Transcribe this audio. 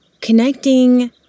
connecting